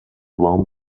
وام